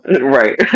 Right